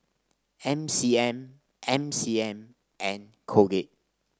M C M M C M and Colgate